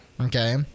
Okay